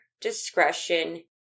discretion